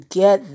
get